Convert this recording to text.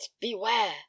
Beware